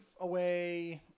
away